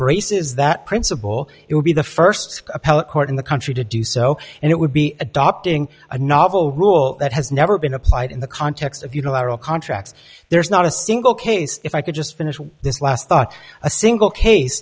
embraces that principle it would be the first appellate court in the country to do so and it would be adopting a novel rule that has never been applied in the context of unilateral contracts there's not a single case if i could just finish this last thought a single case